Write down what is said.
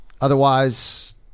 Otherwise